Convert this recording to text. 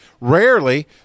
rarely